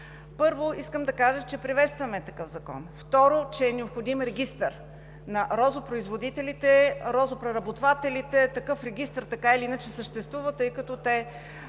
Първо, искам да кажа, че приветстваме такъв закон. Второ, че е необходим регистър на розопроизводителите. За розопреработвателите такъв регистър така или иначе съществува, тъй като те